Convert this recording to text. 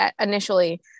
initially